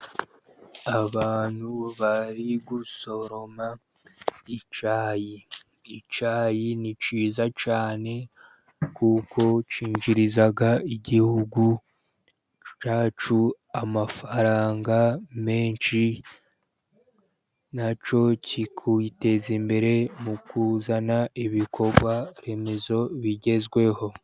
Abantu bari gusoroma icyayi, icyayi ni cyiza cyane kuko kinjiriza igihugu cyacu amafaranga menshi, nacyo kikiteza imbere mu kuzana ibikorwa remezo bigezweho.